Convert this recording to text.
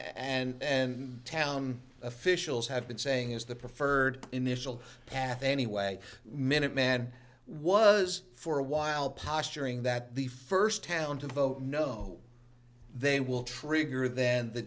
and and town officials have been saying is the preferred initial path anyway minuteman was for a while posturing that the first town to vote no they will trigger then the